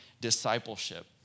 discipleship